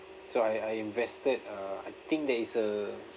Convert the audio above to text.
so I I invested uh I think there is a